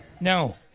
No